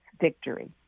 victory